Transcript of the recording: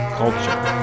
culture